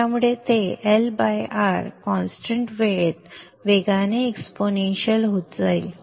त्यामुळे ते L by R constant वेळे त वेगाने एक्सपोनेन्शियल होत जाईल